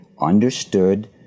understood